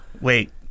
Wait